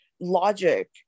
logic